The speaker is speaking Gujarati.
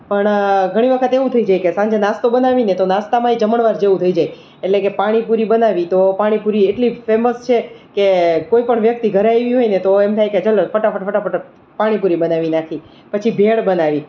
પણ ઘણી વખત એવું થઈ જાય કે સાંજનો નાસ્તો બનાવીને તો નાસ્તામાંય જમણવાર જેવું થઈ જાય એટલે કે પાણીપુરી બનાવી તો પાણીપુરી એટલી જ ફેમસ છે કે કોઈ પણ વ્યક્તિ ઘરે આવી હોયને તો એમ થાય કે ચાલો ફટાફટ ફટાફટ પાણીપુરી બનાવી નાખી પછી ભેળ બનાવી